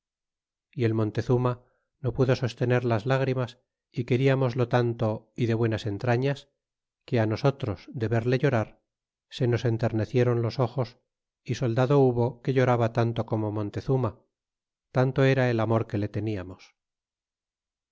y el montezuma no pudo soste nerlas lágrimas é queriamoslo tanto ó de buenas entrañas que nosotros de verle llorar se nos enterneciéron los ojos y soldado hubo que lloraba tanto como montezuma tanto era el amor que le teniamos